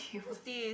what's this